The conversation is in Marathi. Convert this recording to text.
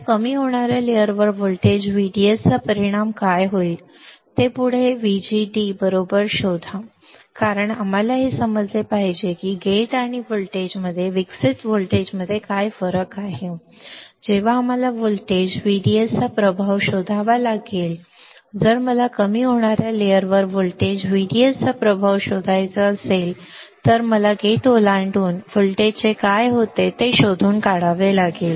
या कमी होणाऱ्या लेयरवर व्होल्टेज VDS चा काय परिणाम होईल ते पुढे व्हीजीडी बरोबर शोधा कारण आम्हाला हे समजले पाहिजे की गेट आणि व्होल्टेजमध्ये विकसित व्होल्टेजमध्ये काय फरक आहे जेव्हा आम्हाला व्होल्टेज व्हीडीएसचा प्रभाव शोधावा लागेल म्हणून जर मला कमी होणाऱ्या लेयरवर व्होल्टेज VDS चा प्रभाव शोधायचा असेल तर मला गेट ओलांडून व्होल्टेज काय आहे ते शोधून काढावे लागेल